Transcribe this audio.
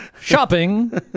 shopping